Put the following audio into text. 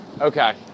Okay